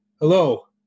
hello